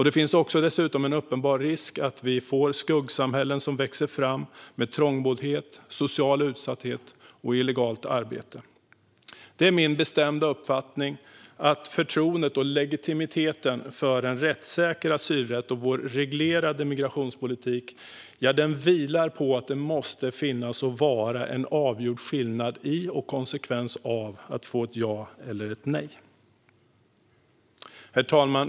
Det finns dessutom en uppenbar risk att vi får skuggsamhällen som växer fram med trångboddhet, social utsatthet och illegalt arbete. Det är min bestämda uppfattning att förtroendet och legitimiteten för en rättssäker asylrätt och vår reglerade migrationspolitik vilar på att det måste finnas en avgjord skillnad i och konsekvens av ett få ett ja eller ett nej. Herr talman!